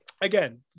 again